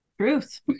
truth